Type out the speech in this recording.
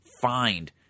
find